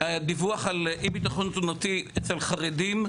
הדיווח על אי ביטחון תזונתי אצל חרדים,